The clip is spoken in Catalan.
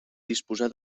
disposar